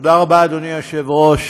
תודה רבה, אדוני היושב-ראש,